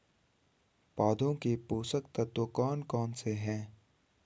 पौधों के पोषक तत्व कौन कौन से हैं?